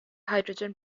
hydrogen